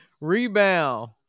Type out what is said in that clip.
rebound